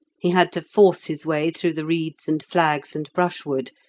he had to force his way through the reeds and flags and brushwood,